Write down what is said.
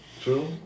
True